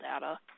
data